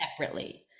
separately